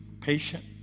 patient